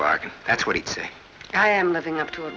park and that's what it says i am living up to